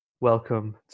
welcome